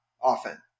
often